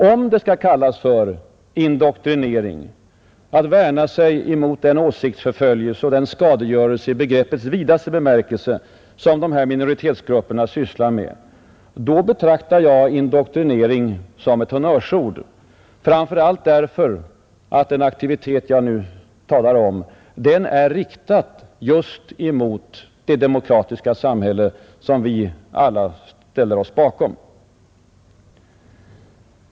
Om det skall kallas för indoktrinering att värna sig mot den åsiktsförföljelse och den skadegörelse i begreppets vidaste bemärkelse som dessa minoritetsgrupper sysslar med, då betraktar jag indoktrinering som ett honnörsord, framför allt därför att den aktivitet som jag nu talar om är riktad just mot det demokratiska samhälle som vi alla ställer oss bakom.